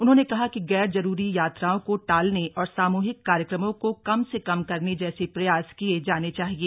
उन्होंने कहा कि गैर जरूरी यात्राओं को टालने और सामूहिक कार्यक्रमों को कम से कम करने जैसे प्रयास किये जाने चाहिए